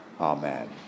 Amen